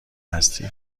هستی